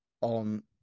on